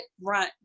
run